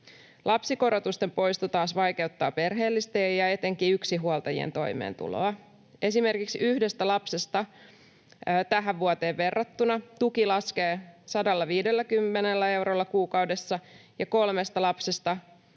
Lapsikorotusten poisto taas vaikeuttaa perheellisten ja etenkin yksinhuoltajien toimeentuloa. Esimerkiksi yhdestä lapsesta tähän vuoteen verrattuna tuki laskee 150 eurolla kuukaudessa ja kolmesta lapsesta